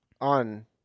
on